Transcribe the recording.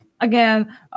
Again